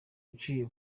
uciye